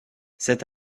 cet